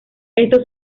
esto